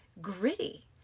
gritty